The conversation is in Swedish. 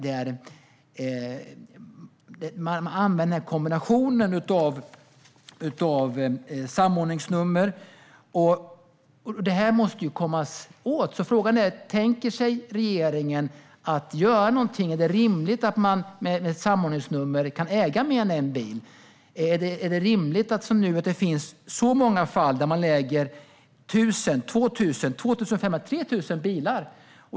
Man använder en kombination av bilmålvakter och samordningsnummer. Det här måste vi komma åt, så frågan är: Tänker regeringen göra någonting? Är det rimligt att man med ett samordningsnummer kan äga mer än en bil? Är det rimligt att det som nu finns många fall där man äger 1 000, 2 000, 2 500, 3 000 bilar?